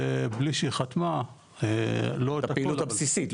בלי שהיא חתמה --- את הפעילות הבסיסית,